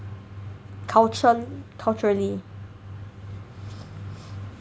cultur~ culturally